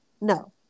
No